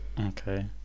okay